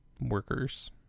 workers